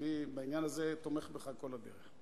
אני בעניין הזה תומך בך כל הדרך.